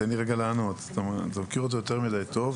תן לי רגע לענות: בודקים את זה יותר מדי טוב,